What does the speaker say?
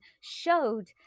showed